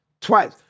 twice